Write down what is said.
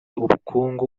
ubukungu